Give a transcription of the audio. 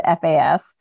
FAS